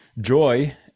joy